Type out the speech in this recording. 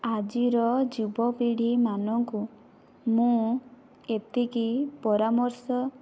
ଆଜିର ଯୁବପିଢ଼ିମାନଙ୍କୁ ମୁଁ ଏତିକି ପରାମର୍ଶ